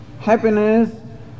Happiness